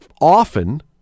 often